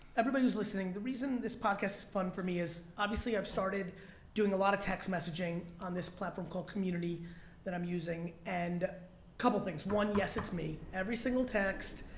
everybody who's listening, the reason this podcast is fun for me is obviously i've started doing a lot of text messaging on this platform called community that i'm using, and a couple things. one, yes it's me. every single text,